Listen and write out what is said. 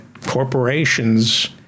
corporations